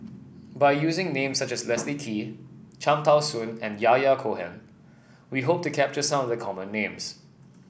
by using names such as Leslie Kee Cham Tao Soon and Yahya Cohen we hope to capture some of the common names